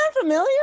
familiar